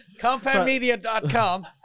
compoundmedia.com